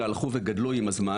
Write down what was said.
אלא הלכו וגדלו עם הזמן.